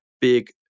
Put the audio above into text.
big